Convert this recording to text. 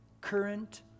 current